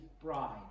bride